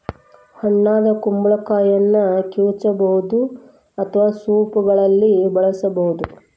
ಹಣ್ಣಾದ ಕುಂಬಳಕಾಯಿಗಳನ್ನ ಕಿವುಚಬಹುದು ಅಥವಾ ಸೂಪ್ಗಳಲ್ಲಿ ಬಳಸಬೋದು